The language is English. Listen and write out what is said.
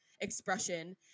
expression